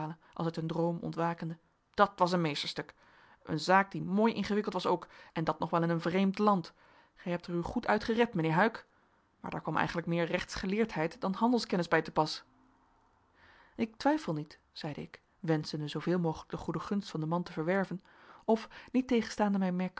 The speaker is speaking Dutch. als uit een droom ontwakende dat was een meesterstuk een zaak die mooi ingewikkeld was ook en dat nog wel in een vreemd land gij hebt er u goed uit gered mijnheer huyck maar daar kwam eigenlijk meer rechtsgeleerdheid dan handelskennis bij te pas ik twijfel niet zeide ik wenschende zooveel mogelijk de goede gunst van den man te verwerven of niettegenstaande mijn